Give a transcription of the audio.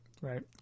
Right